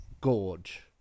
gorge